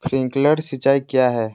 Sprinkler सिंचाई क्या है?